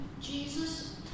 Jesus